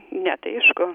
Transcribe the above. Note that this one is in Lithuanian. ne tai aišku